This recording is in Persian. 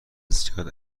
زیاد